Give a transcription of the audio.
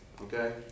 Okay